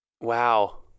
Wow